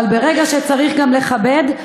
אבל ברגע שצריך גם לכבד,